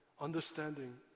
understanding